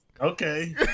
okay